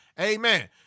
Amen